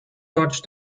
dodged